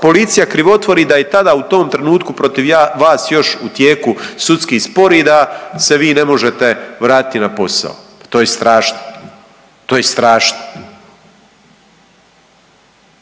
policija krivotvori da je tada u tom trenutku protiv vas još u tijeku sudski spor i da se vi ne možete vratiti na posao. To je strašno. To je strašno.